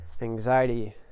anxiety